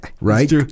Right